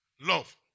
Love